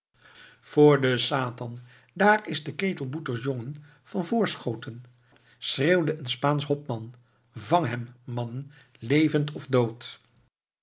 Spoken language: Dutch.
voor den satan daar is de ketelboeters jongen van voorschoten schreeuwde een spaansch hopman vangt hem mannen levend of dood